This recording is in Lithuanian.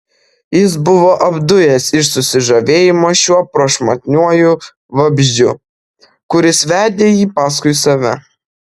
jis buvo apdujęs iš susižavėjimo šiuo prašmatniuoju vabzdžiu kuris vedė jį paskui save